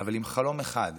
אבל עם חלום אחד.